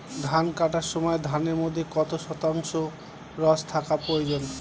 ধান কাটার সময় ধানের মধ্যে কত শতাংশ রস থাকা প্রয়োজন?